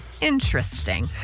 Interesting